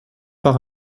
par